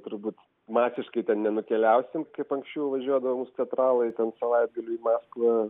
turbūt masiškai ten nenukeliausim kaip anksčiau važiuodavo mūsų teatralai ten savaitgaliui maskvą